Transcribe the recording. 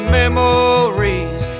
memories